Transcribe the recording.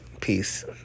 Peace